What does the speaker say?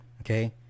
Okay